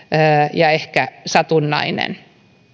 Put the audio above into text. ja ehkä satunnainen